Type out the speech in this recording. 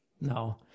No